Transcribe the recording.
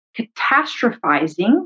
catastrophizing